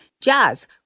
Jazz